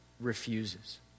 refuses